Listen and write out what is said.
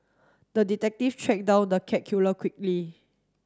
the detective tracked down the cat killer quickly